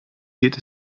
geht